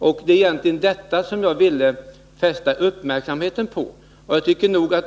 Det är egentligen detta jag ville fästa uppmärksamheten på.